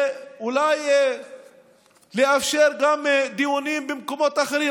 ואולי לאפשר גם דיונים במקומות אחרים,